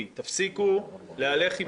התכוונת לכך שהם מרביצים למשטרה.